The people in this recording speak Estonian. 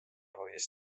hoidis